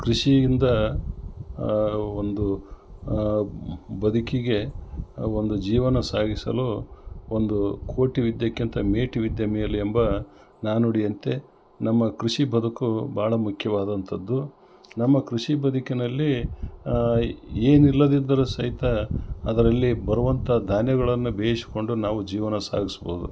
ಕೃಷಿಯಿಂದ ಒಂದು ಬದುಕಿಗೆ ಒಂದು ಜೀವನ ಸಾಗಿಸಲು ಒಂದು ಕೋಟಿ ವಿದ್ಯೆಕ್ಕಿಂತ ಮೇಟಿ ವಿದ್ಯೆ ಮೇಲು ಎಂಬ ನಾಲ್ನುಡಿಯಂತೆ ನಮ್ಮ ಕೃಷಿ ಬದುಕು ಭಾಳ ಮುಖ್ಯವಾದಂಥದ್ದು ನಮ್ಮ ಕೃಷಿ ಬದುಕಿನಲ್ಲಿ ಏನಿಲ್ಲದಿದ್ದರು ಸಹಿತ ಅದರಲ್ಲಿ ಬರುವಂಥ ದಾನ್ಯಗಳನ್ನು ಬೇಯಿಸ್ಕೊಂಡು ನಾವು ಜೀವನ ಸಾಗಿಸ್ಬೋದು